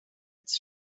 its